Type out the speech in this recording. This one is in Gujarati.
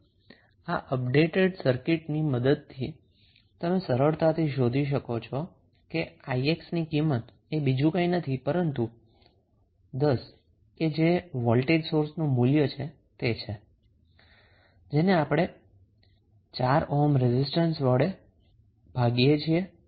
આમ આ અપડેટેડ સર્કિટ ની મદદથી તમે સરળતાથી શોધી શકો છો કે 𝑖𝑥 ની કિંમત એ બીજું કંઈ નથી પરંતુ 10 છે જે વોલ્ટેજ સોર્સનું મૂલ્ય છે જેને આપણે 4 ઓહ્મ રેઝિસ્ટન્સ વડે ભાગીએ છીએ